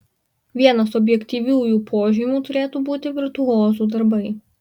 vienas objektyviųjų požymių turėtų būti virtuozų darbai